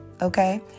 okay